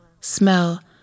Smell